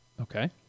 Okay